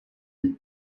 and